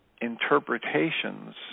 interpretations